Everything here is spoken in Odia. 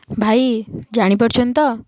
ଭାଇ ଜାଣି ପାରୁଛନ୍ତି ତ